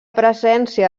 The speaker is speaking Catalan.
presència